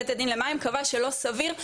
בית הדין למים קבע שלא סביר,